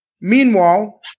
Meanwhile